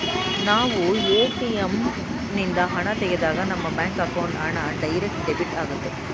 ನಾವು ಎ.ಟಿ.ಎಂ ನಿಂದ ಹಣ ತೆಗೆದಾಗ ನಮ್ಮ ಬ್ಯಾಂಕ್ ಅಕೌಂಟ್ ಹಣ ಡೈರೆಕ್ಟ್ ಡೆಬಿಟ್ ಆಗುತ್ತದೆ